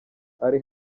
ari